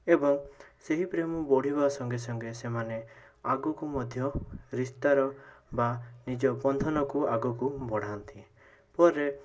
ଏବଂ ସେହି ପ୍ରେମ ବଢ଼ିବା ସଙ୍ଗେସଙ୍ଗେ ସେମାନେ ଆଗକୁ ମଧ୍ୟ ରିସ୍ତାର ବା ନିଜ ବନ୍ଧନକୁ ଆଗକୁ ବଢ଼ାନ୍ତି ପରେ